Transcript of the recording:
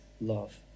love